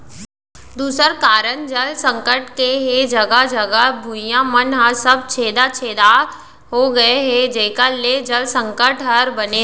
दूसर कारन जल संकट के हे जघा जघा भुइयां मन ह सब छेदा छेदा हो गए हे जेकर ले जल संकट हर बने रथे